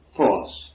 force